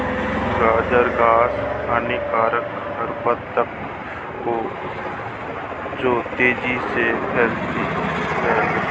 गाजर घास हानिकारक खरपतवार है जो तेजी से फैलता है